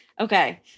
Okay